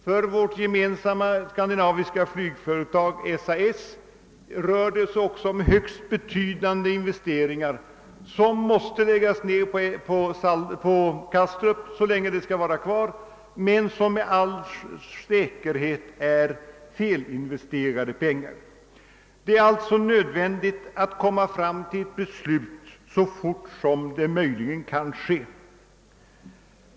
För vårt gemensamma skandinaviska flygbolag SAS rör det sig också om högst betydande investeringar som måste läggas ner på Kastrup så länge detta flygfält skall vara kvar men som med all säkerhet är felinvesterade pengar. Det är alltså nödvändigt att komma fram till ett beslut så fort som det någonsin kan ske.